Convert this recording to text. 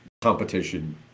competition